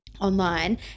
online